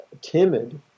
timid